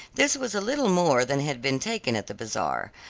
this was a little more than had been taken at the bazaar.